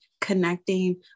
connecting